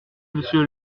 monsieur